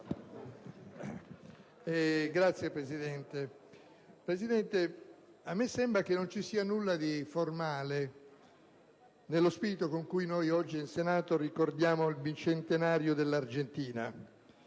*(PD).* Signor Presidente, a me sembra che non ci sia nulla di formale nello spirito con cui noi oggi in Senato ricordiamo il bicentenario dell'Argentina.